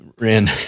ran